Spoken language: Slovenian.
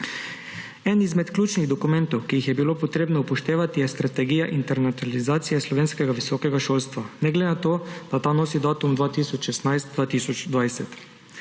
Eden izmed ključnih dokumentov, ki jih je bilo potrebno upoštevati, je strategija internaturalizacije slovenskega visokega šolstva. Ne glede na to, da ta nosi datum 2016-2020.